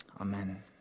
Amen